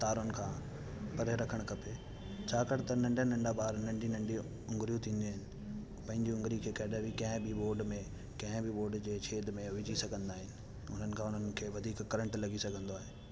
तारुनि खां परे रखणु खपे छाकाणि त नंढा नंढा ॿार नंढी नंढी आङुरियूं थींदियूं आहिनि पंहिंजी आङुरी खे कॾहिं बि कंहिं बि बोर्ड में कंहिं बि बोर्ड जे छेद में विझी सघंदा आहिनि उन्हनि खां उन्हनि खे वधीक करेंट लॻी सघंदो आहे ऐं